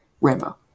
Rainbow